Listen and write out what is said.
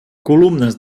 columnes